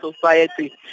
society